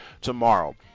tomorrow